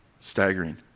staggering